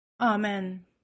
Amen